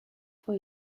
for